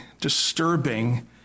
disturbing